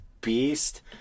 beast